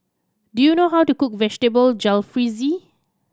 do you know how to cook Vegetable Jalfrezi